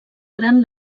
gran